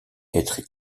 être